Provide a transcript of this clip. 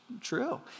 true